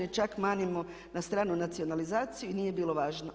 Čak manimo na stranu nacionalizaciju i nije bilo važno.